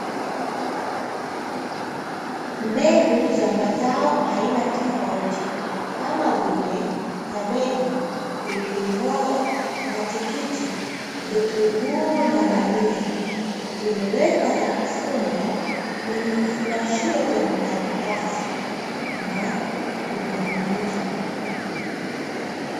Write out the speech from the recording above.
Mbegu za mazao aina tofauti kama vile; kabeji, pilipili hoho, matikiti vitunguu na bamia vimewekwa na kufungwa katika vifungashio vya makaratasi na vimening'inizwa.